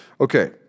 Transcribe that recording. Okay